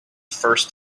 first